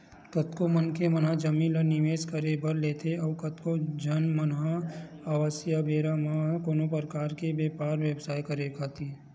कतको मनखे मन ह जमीन ल निवेस करे बर लेथे अउ कतको झन मन ह अवइया बेरा म कोनो परकार के बेपार बेवसाय करे खातिर